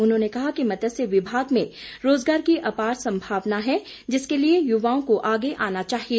उन्होंने कहा कि मत्स्य विभाग में रोजगार की अपार संभावना है जिसके लिए युवाओं को आगे आना चाहिए